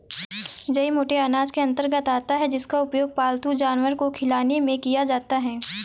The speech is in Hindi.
जई मोटे अनाज के अंतर्गत आता है जिसका उपयोग पालतू जानवर को खिलाने में किया जाता है